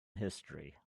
history